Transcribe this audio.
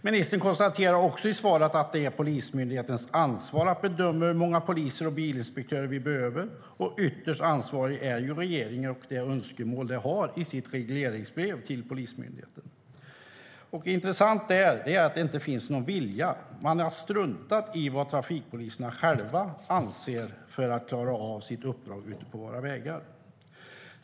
Ministern konstaterar också i svaret att det är Polismyndighetens ansvar att bedöma hur många poliser och bilinspektörer som behövs. Ytterst ansvarig är ju regeringen, och regeringens önskemål framgår av regleringsbrevet till Polismyndigheten. Men det intressanta är att det inte finns någon vilja. Man har struntat i vad trafikpoliserna själva anser behövs för att de ska kunna klara av sitt uppdrag.